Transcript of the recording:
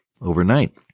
overnight